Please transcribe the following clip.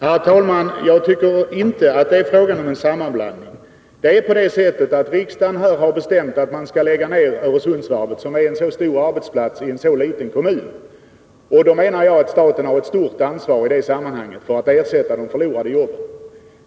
Herr talman! Jag tycker inte att det är fråga om en sammanblandning, men om så vore så är den i så fall nödvändig. Riksdagen har bestämt att man skall lägga ner Öresundsvarvet, en stor arbetsplatsi en liten kommun, och då menar jag att staten har ett stort ansvar för att ersätta de förlorade jobben.